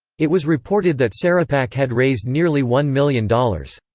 it was reported that sarahpac had raised nearly one million dollars.